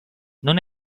non